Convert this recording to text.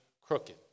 crooked